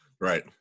Right